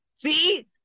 See